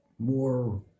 More